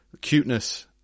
cuteness